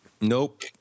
Nope